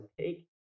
take